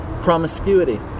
promiscuity